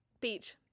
Beach